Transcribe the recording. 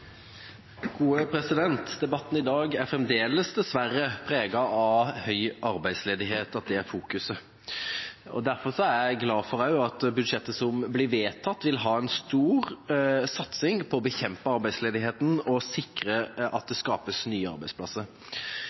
er fokuset, og derfor er jeg glad for at budsjettet som blir vedtatt, vil ha en stor satsing på å bekjempe arbeidsledigheten og sikre at det skapes nye arbeidsplasser.